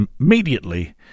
immediately